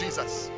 Jesus